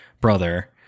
brother